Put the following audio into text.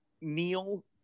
neil